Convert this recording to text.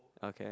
okay